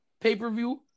pay-per-view